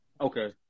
Okay